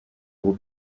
will